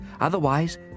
Otherwise